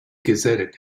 gazetted